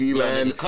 land